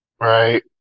Right